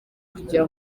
kugira